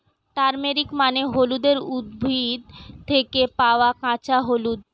turmeric মানে হলুদের উদ্ভিদ থেকে পাওয়া কাঁচা হলুদ